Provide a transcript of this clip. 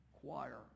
choir